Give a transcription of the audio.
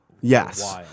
Yes